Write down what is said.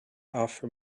offer